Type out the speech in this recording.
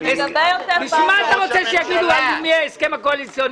למה אתה רוצה שיגידו עם מי ההסכם הקואליציוני?